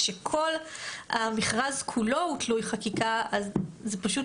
כשכל המכרז כולו הוא תלוי חקיקה אז זה פשוט